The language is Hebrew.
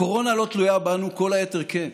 הקורונה לא תלויה בנו, כל היתר כן.